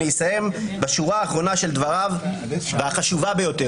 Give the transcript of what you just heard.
אני אסיים עם השורה האחרונה והחשוב ביותר של דבריו: